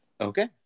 okay